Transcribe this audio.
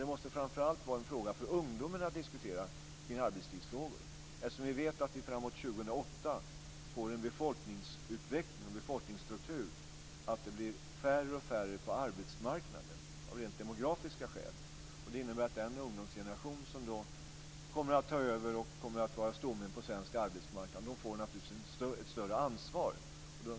Det måste framför allt vara en fråga för ungdomen att diskutera kring arbetstidsfrågor. Vi vet att vi framåt år 2008 får en befolkningsutveckling och befolkningsstruktur som gör att det blir färre och färre på arbetsmarknaden av rent demografiska skäl. Det innebär att den ungdomsgeneration som då kommer att ta över och vara stommen på svensk arbetsmarknad naturligtvis får ett större ansvar.